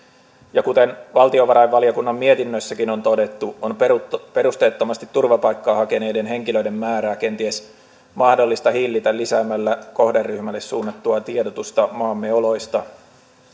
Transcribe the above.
ja kuten valtiovarainvaliokunnan mietinnössäkin on todettu on perusteettomasti turvapaikkaa hakeneiden henkilöiden määrää kenties mahdollista hillitä lisäämällä kohderyhmälle suunnattua tiedotusta maamme oloista